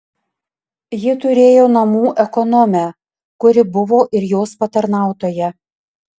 ji turėjo namų ekonomę kuri buvo ir jos patarnautoja